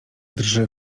drży